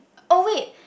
oh wait